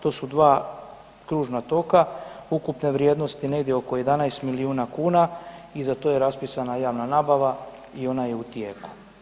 To su dva kružna toka ukupne vrijednosti negdje oko 11 milijuna kuna i za to je raspisana javna nabava i ona je u tijeku.